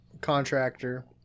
contractor